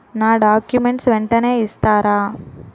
నా డాక్యుమెంట్స్ వెంటనే ఇస్తారా?